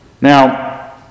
now